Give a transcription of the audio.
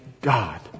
God